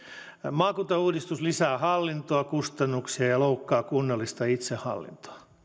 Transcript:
maakuntauudistus lisää hallintoa kustannuksia ja loukkaa kunnallista itsehallintoa